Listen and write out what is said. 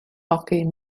hockey